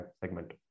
segment